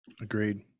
Agreed